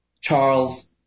Charles